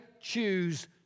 choose